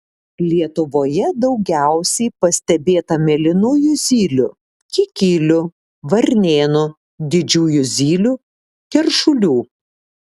lietuvoje daugiausiai pastebėta mėlynųjų zylių kikilių varnėnų didžiųjų zylių keršulių